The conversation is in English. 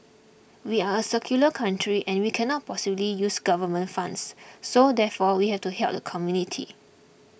we are a secular country and we cannot possibly use government funds so therefore we have to help the community